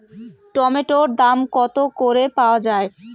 টমেটোর দাম কত করে পাওয়া যায়?